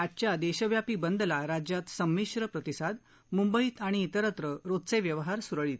आजच्या देशव्यापी बंदल राज्यात संमिश्र प्रतिसाद मुंबईत आणि त्रेरत्र रोजचे व्यवहार सुरळीत